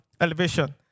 elevation